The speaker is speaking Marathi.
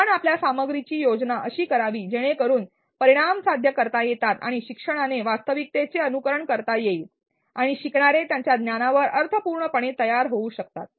आपण आपल्या सामग्रीची योजना अशी करावी जेणेकरून परिणाम साध्य करता येतात आणि शिक्षणाने वास्तविकतेचे अनुकरण करता येईल आणि शिकणारे त्यांच्या ज्ञानावर अर्थपूर्णपणे तयार होऊ शकतात